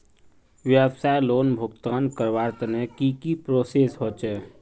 व्यवसाय लोन भुगतान करवार तने की की प्रोसेस होचे?